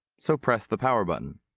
so press the power button.